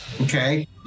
Okay